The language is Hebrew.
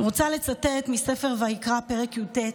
אני רוצה לצטט מספר ויקרא, פרק י"ט,